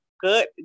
good